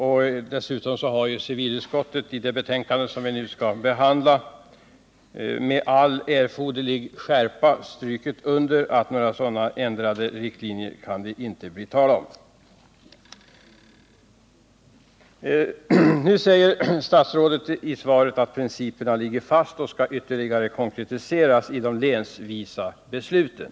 Civilutskottet har dessutom med all erforderlig skärpa strukit under i betänkandet att det inte kan bli tal om några sådana ändrade riktlinjer. Statsrådet säger vidare i svaret att principerna ligger fast och att de skall ytterligare konkretiseras i de länsvisa besluten.